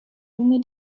lunge